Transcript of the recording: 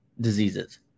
diseases